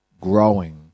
growing